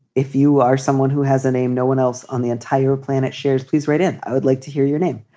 if you are someone who has a name, no one else on the entire planet shares, please write it. i would like to hear your name.